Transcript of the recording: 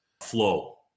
flow